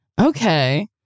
Okay